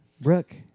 Brooke